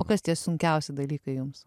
o kas tie sunkiausi dalykai jums